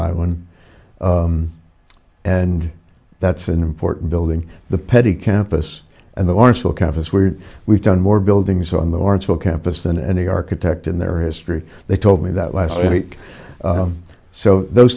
island and that's an important building the petit campus and the marshall campus where we've done more buildings on the lawrence welk campus than any architect in their history they told me that last week so those